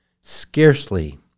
Scarcely